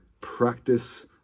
practice